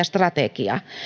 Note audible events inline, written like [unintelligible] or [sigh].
[unintelligible] strategiaa